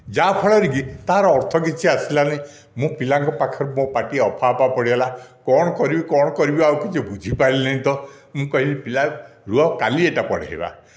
ଯାହା ଫଳରେ କି ତାହାର ଅର୍ଥ କିଛି ଆସିଲାନି ମୁଁ ପିଲାଙ୍କ ପାଖରେ ମୋ ପାଟି ଅଫା ଅଫା ପଡ଼ିଗଲା କଣ କରିବି କଣ କରିବି ଆଉ କିଛି ବୁଝିପାରିଲି ନାଇଁ ତ ମୁଁ କହିଲି ପିଲା ରୁହ କାଲି ଏଟା ପଢ଼ାଇବା